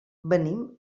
venim